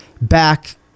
back